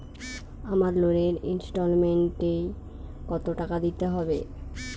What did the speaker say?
আমার লোনের ইনস্টলমেন্টৈ কত টাকা দিতে হবে?